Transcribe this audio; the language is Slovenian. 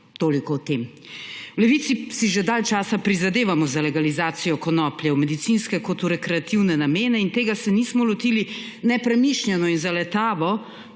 Toliko o tem. V Levici si že dalj časa prizadevamo za legalizacijo konoplje v medicinske kot tudi v rekreativne namene; in tega se nismo lotili nepremišljeno in zaletavo